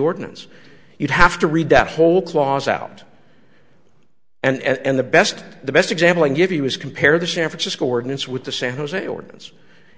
ordinance you'd have to read that whole clause out and the best the best example i give you is compare the san francisco ordinance with the san jose ordinance